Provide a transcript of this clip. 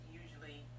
usually